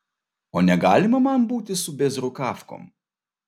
o negalima man būti su bėzrukavkom